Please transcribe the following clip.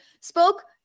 spoke